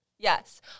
Yes